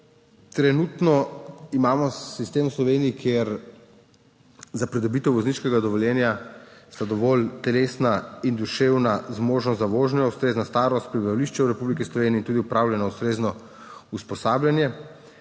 trenutno imamo v Sloveniji sistem, kjer je za pridobitev vozniškega dovoljenja dovolj telesna in duševna zmožnost za vožnjo, ustrezna starost, prebivališče v Republiki Sloveniji in tudi opravljeno ustrezno usposabljanje.